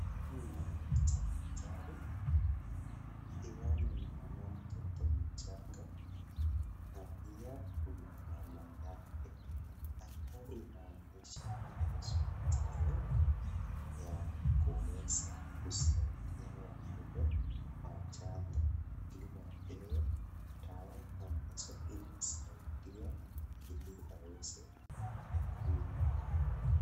Daktri, pia ninaona mtoto mchanga, na pia kuna mama yake, hapa inaonyesha ni hosipitali ya kuweza kusaidia watoto wachanga iliwapewe dawa ambazo inasaidia iliwaweze ku..